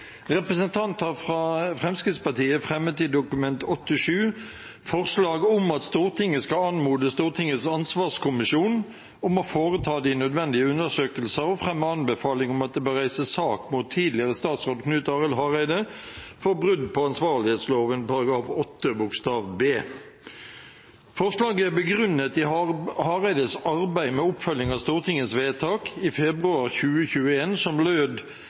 Representanter fra Fremskrittspartiet fremmer i Dokument 8:7 forslag om at Stortinget skal anmode Stortingets ansvarskommisjon om å foreta de nødvendige undersøkelser og fremme anbefaling om at det bør reises sak mot tidligere statsråd Knut Arild Hareide for brudd på ansvarlighetsloven § 8 b. Forslaget er begrunnet i Hareides arbeid med oppfølging av Stortingets vedtak i februar 2021 som lød: